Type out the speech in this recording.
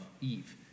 Eve